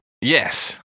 Yes